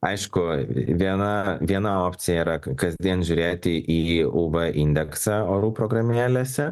aišku viena viena opcija yra kasdien žiūrėti į u v indeksą orų programėlėse